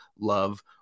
love